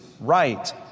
right